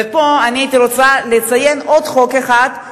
ופה אני הייתי רוצה לציין עוד חוק אחד,